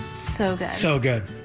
so good. so good.